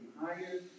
higher